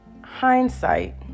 hindsight